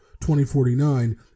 2049